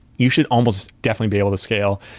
you should almost definitely be able to scale.